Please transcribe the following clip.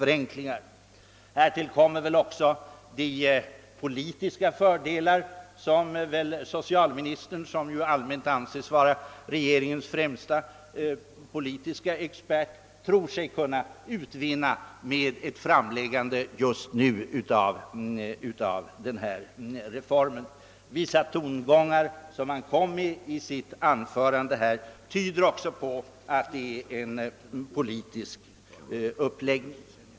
Här tillkommer väl också de politiska fördelar som väl socialministern, som ju allmänt anses vara regeringens främste politiske expert, tror sig kunna utvinna med ett framläggande just nu av denna reform. Vissa tongångar i hans anförande här tyder också på att det är en politisk uppläggning.